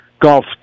golf